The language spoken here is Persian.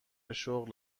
شغل